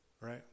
right